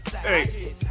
Hey